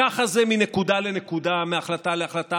ככה זה מנקודה לנקודה, מההחלטה להחלטה.